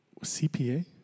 CPA